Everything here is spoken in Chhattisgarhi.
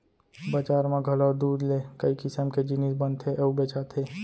बजार म घलौ दूद ले कई किसम के जिनिस बनथे अउ बेचाथे